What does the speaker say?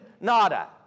nada